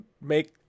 make